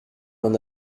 n’en